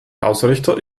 ausrichter